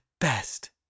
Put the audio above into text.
best